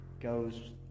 goes